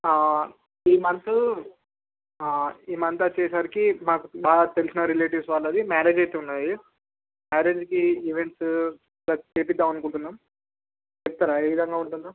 ఈ మంతూ ఈ మంతొచ్చేసరికి నాకు బాగా తెలిసిన రిలేటివ్స్ వాళ్ళది మ్యారేజ్ అయితే ఉన్నది మ్యారేజ్కి ఈవెంట్సు చ చేపిద్దామనుకుంటున్నాం చెప్తారా ఏ విధంగా ఉంటుందో